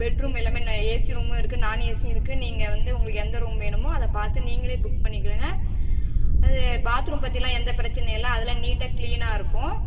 bedroom எல்லாமே நல் AC ரூமும் இருக்கு நான் ஏசியும் இருக்கு நீங்கள் வந்து உங்களுக்கு எந்த ரூம் வேணுமோ அதை பார்த்து நீங்களே புக் பண்ணிக்கலாம் அது பாத்ரூம் பற்றிலாம் எந்த பிரச்சனையும் இல்லை அதெல்லாம் நீட்டாக கிளீனாக இருக்கும்